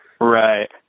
Right